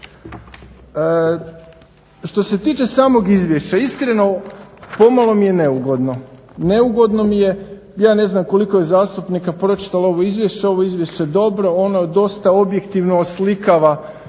Što se tiče samog izvješća, iskreno pomalo mi je neugodno, neugodno mi je. Ja ne znam koliko je zastupnika pročitalo ovo izvješće, ovo izvješće je dobro, ono dosta objektivno oslikava